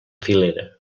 filera